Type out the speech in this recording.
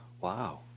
Wow